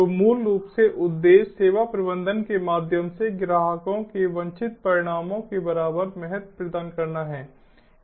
तो मूल रूप से उद्देश्य सेवा प्रबंधन के माध्यम से ग्राहकों के वांछित परिणामों के बराबर महत्व प्रदान करना है